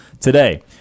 today